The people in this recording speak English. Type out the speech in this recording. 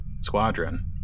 squadron